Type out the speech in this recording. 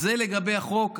אז זה לגבי החוק.